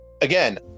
Again